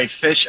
Fish